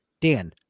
Dan